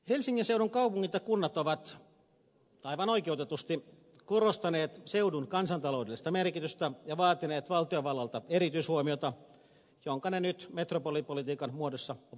helsingin seudun kaupungit ja kunnat ovat aivan oikeutetusti korostaneet seudun kansantaloudellista merkitystä ja vaatineet valtiovallalta erityishuomiota jonka ne nyt metropolipolitiikan muodossa ovat saaneet